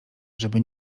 żeby